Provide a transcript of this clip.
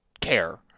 care